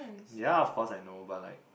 ya of course I know but like